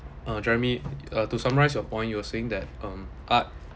uh jeremy uh to summarise your point you were saying that um art